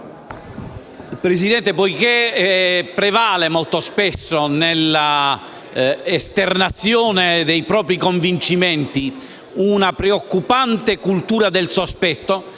Presidente, poiché prevale, molto spesso, nell'esternazione dei propri convincimenti, una preoccupante cultura del sospetto,